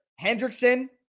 Hendrickson